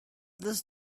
this